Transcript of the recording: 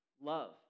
love